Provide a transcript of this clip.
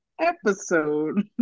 episode